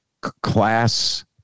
class